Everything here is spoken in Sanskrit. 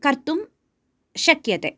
कर्तुं शक्यते